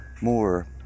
more